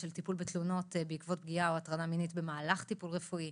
יש טיפול בתלונות בעקבות פגיעה או הטרדה מינית במהלך טיפול רפואי,